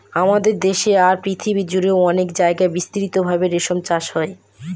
আমাদের দেশে আর পৃথিবী জুড়ে অনেক জায়গায় বিস্তৃত ভাবে রেশম চাষ হয়